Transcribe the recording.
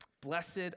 Blessed